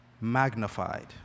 magnified